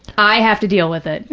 i have to deal with it.